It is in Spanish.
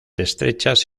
estrechas